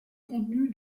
contenu